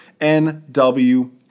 NW